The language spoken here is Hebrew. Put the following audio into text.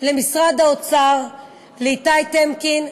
למשרד האוצר, לאיתי טמקין,